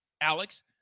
Alex